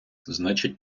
значить